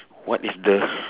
what is the